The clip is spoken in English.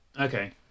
Okay